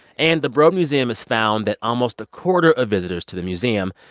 and the broad museum has found that almost a quarter of visitors to the museum,